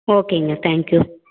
ஓகேங்க தேங்க்யூ